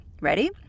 Ready